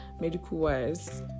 medical-wise